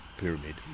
pyramid